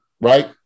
right